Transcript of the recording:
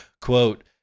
quote